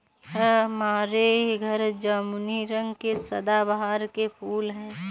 हमारे घर जामुनी रंग के सदाबहार के फूल हैं